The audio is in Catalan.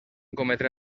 cometre